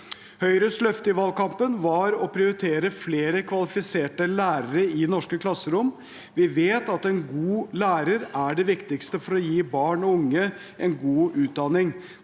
Høyres løfte i valgkampen var å prioritere flere kvalifiserte lærere i norske klasserom. Vi vet at en god lærer er det viktigste for å gi barn og unge en god utdanning.